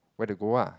where to go ah